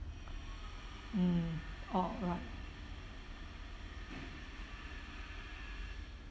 mm alright